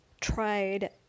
tried